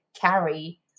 carry